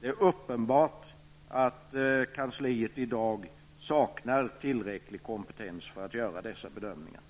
Det är uppenbart att kansliet i dag saknar tillräcklig kompetens för att göra dessa bedömningar.